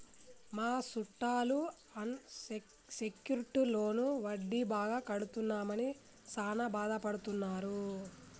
మా సుట్టాలు unsecured loan వడ్డీ బాగా కడుతున్నామని సాన బాదపడుతున్నారు